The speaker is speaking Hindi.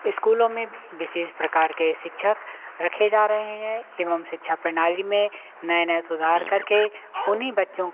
स्कूलों में भी विशेष प्रकार के शिक्षक रखे जा रहे हैं एवं शिक्षा प्रणाली में नए नए सुधार करके उन्हीं बच्चों